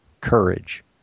courage